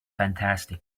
fantastic